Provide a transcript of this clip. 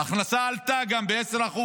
ההכנסה עלתה ב-10%,